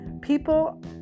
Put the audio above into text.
People